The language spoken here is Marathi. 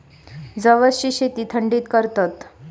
जवसची शेती थंडीत करतत